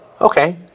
okay